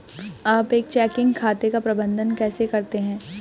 आप एक चेकिंग खाते का प्रबंधन कैसे करते हैं?